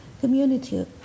community